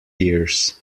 years